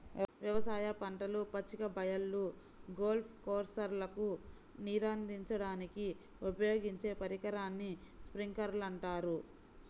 వ్యవసాయ పంటలు, పచ్చిక బయళ్ళు, గోల్ఫ్ కోర్స్లకు నీరందించడానికి ఉపయోగించే పరికరాన్ని స్ప్రింక్లర్ అంటారు